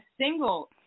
single